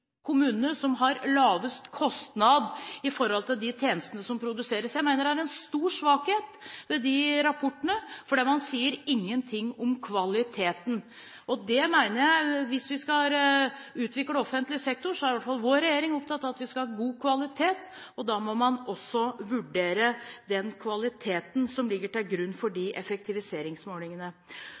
kommunene som har lavest kostnad i forhold til de tjenestene som produseres. Jeg mener at det er en stor svakhet ved de rapportene, fordi man sier ingenting om kvaliteten. Hvis vi skal utvikle offentlig sektor, er i hvert fall vår regjering opptatt av at vi skal ha god kvalitet, og da må man også vurdere den kvaliteten som ligger til grunn for disse effektiviseringsmålingene.